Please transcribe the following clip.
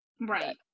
Right